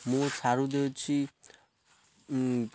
ମୁଁ ସାର ଦେଉଛି